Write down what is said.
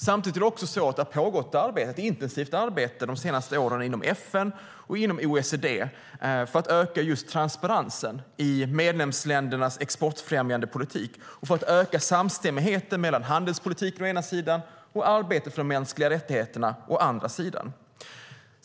Samtidigt har det pågått ett intensivt arbete inom FN och OECD de senaste åren för att öka transparensen i medlemsländernas exportfrämjande politik och för att öka samstämmigheten mellan handelspolitiken å ena sidan och arbetet för de mänskliga rättigheterna å andra sidan.